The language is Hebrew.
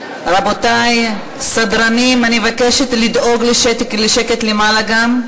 רבותי, סדרנים, אני מבקשת לדאוג לשקט, למעלה גם.